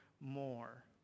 more